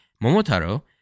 Momotaro